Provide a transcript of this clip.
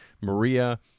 Maria